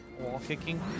Wall-kicking